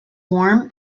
warm